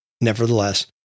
Nevertheless